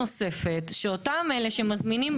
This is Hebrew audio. לפעמים באון ליין יותר זול מהסופר.